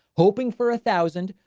hoping for a thousand.